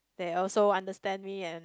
they also understand me and